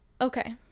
Okay